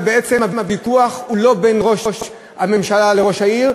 ובעצם הוויכוח הוא לא בין ראש הממשלה לראש העיר,